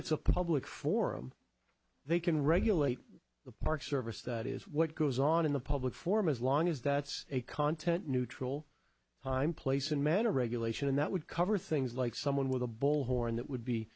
it's a public forum they can regulate the park service that is what goes on in the public form as long as that's a content neutral on place and manner regulation and that would cover things like someone with a bullhorn that would be